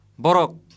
Borok